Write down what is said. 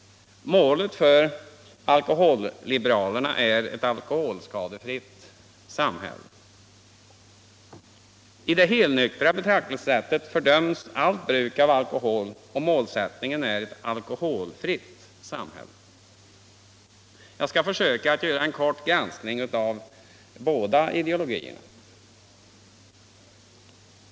Målet för alkoholliberalerna är ett alkoholskadefritt samhälle. I det helnyktra betraktelsesättet fördöms allt bruk av alkohol, och målsättningen är ett alkoholfritt samhälle. Jag skall försöka att göra en kort granskning av båda ideologierna.